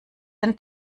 den